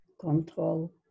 control